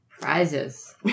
Prizes